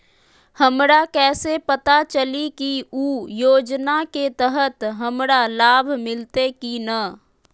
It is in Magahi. हमरा कैसे पता चली की उ योजना के तहत हमरा लाभ मिल्ले की न?